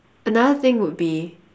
another thing would be